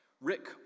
Rick